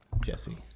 Jesse